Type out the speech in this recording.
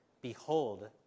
Behold